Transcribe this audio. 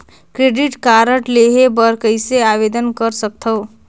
Credit card लेहे बर कइसे आवेदन कर सकथव?